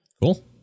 cool